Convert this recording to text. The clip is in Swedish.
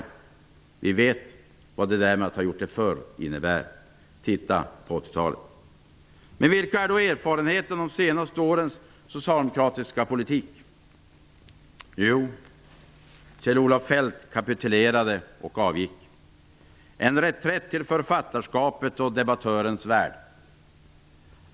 Men vi vet vad det där med att ha gjort det förr innebär. Titta på 1980 talet! Vilka är då erfarenheterna av de senaste årens socialdemokratiska politik? Kjell-Olof Feldt kapitulerade och avgick -- en reträtt till författarskapet och debattörens värld.